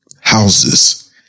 houses